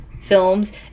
films